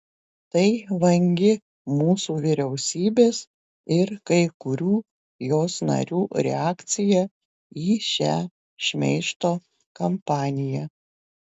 tai vangi mūsų vyriausybės ir kai kurių jos narių reakcija į šią šmeižto kampaniją